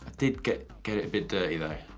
did get get it a bit dirty though.